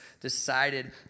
decided